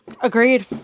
Agreed